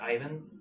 Ivan